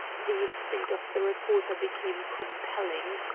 the instinct of the reporter became compelling.